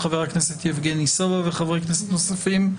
של חברת הכנסת יבגני סובה וחברי כנסת נוספים,